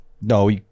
No